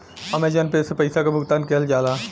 Amazon pay से पइसा क भुगतान किहल जाला